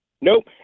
Nope